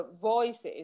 voices